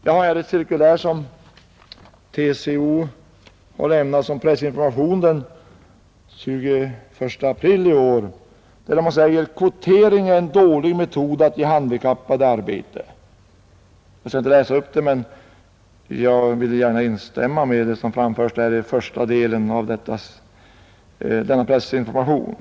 Jag har här ett cirkulär, som TCO lämnade ut som pressinformation den 21 april i år och där man säger att kvotering är en dålig metod att ge de handikappade arbete. Jag skall här inte läsa upp cirkuläret men vill gärna instämma i vad som sägs i första delen i denna pressinformation.